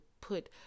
put